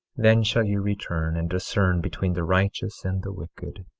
then shall ye return and discern between the righteous and the wicked,